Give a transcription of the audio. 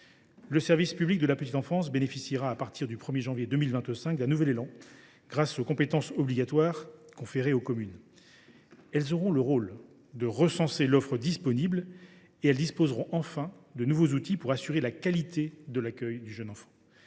Le service public de la petite enfance bénéficiera à partir du 1 janvier 2025 d’un nouvel élan, grâce aux compétences obligatoires conférées aux communes : celles ci auront le rôle de recenser l’offre disponible et disposeront enfin de nouveaux outils pour assurer la qualité de l’accueil du jeune enfant.